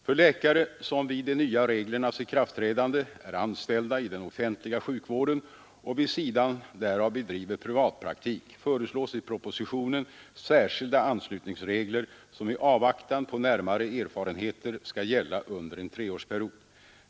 För läkare som vid de nya reglernas ikraftträdande är anställda i den offentliga sjukvården och vid sidan därav bedriver privatpraktik, föreslås i propositionen särskilda anslutningsregler som i avvaktan på närmare erfarenheter skall gälla under en treårsperiod.